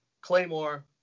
Claymore